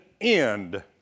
end